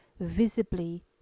visibly